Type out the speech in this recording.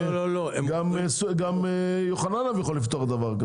גם "יוחננוף" יכול לפתוח דבר כזה.